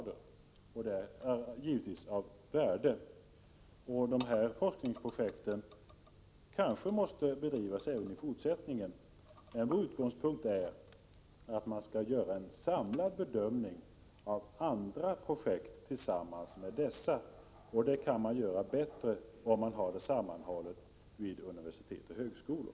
Det är givetvis av värde att få veta detta. De här forskningsprojekten kanske måste bedrivas även i fortsättningen. Vår utgångspunkt är att man skall göra en samlad bedömning av andra projekt tillsammans med dessa, och det kan man göra bättre om verksamheten är sammanhållen vid universitet och högskolor.